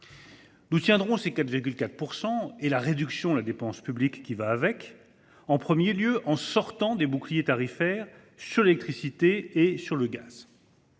Nous tiendrons ces 4,4 % et la réduction des dépenses publiques qui l’accompagne, tout d’abord en sortant des boucliers tarifaires sur l’électricité et sur le gaz.